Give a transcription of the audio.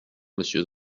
monsieur